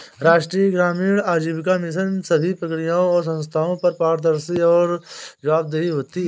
राष्ट्रीय ग्रामीण आजीविका मिशन सभी प्रक्रियाओं और संस्थानों की पारदर्शिता और जवाबदेही होती है